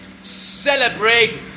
celebrate